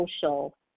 social